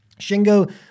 Shingo